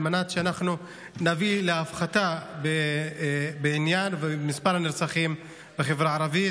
כדי שנביא להפחתה במספר הנרצחים בחברה הערבית,